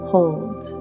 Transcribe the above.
Hold